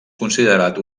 considerat